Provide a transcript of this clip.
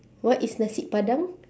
what is the nasi padang